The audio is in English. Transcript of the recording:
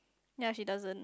ya she doesn't